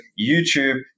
YouTube